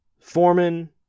Foreman